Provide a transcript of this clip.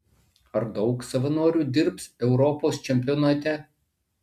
ar daug savanorių dirbs europos čempionate